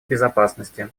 безопасности